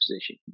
position